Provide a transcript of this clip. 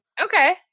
okay